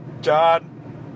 John